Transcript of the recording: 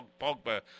Pogba